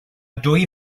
dwy